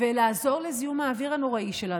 ויעזור לזיהום האוויר הנוראי שלנו.